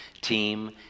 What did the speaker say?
team